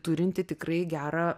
turinti tikrai gerą